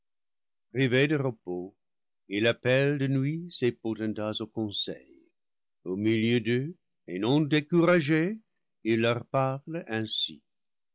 privé de repos il appelle de nuit ses potentats au conseil au milieu d'eux et non découragé il leur parle ainsi